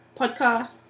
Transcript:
podcast